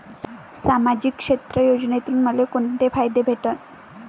सामाजिक क्षेत्र योजनेतून मले कोंते फायदे भेटन?